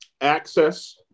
access